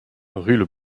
rle